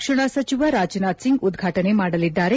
ರಕ್ಷಣಾ ಸಚಿವ ರಾಜನಾಥ್ ಸಿಂಗ್ ಉದ್ಘಾಟನೆ ಮಾಡಲಿದ್ದಾರೆ